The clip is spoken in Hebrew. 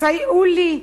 סייעו לי,